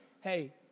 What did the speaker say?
hey